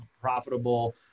profitable